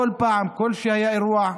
כל פעם שהיה אירוע,